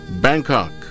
Bangkok